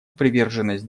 приверженность